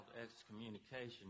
excommunication